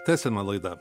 tęsiame laidą